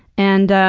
and